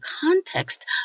context